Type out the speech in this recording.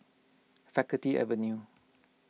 Faculty Avenue